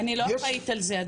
אני לא אחראית על זה.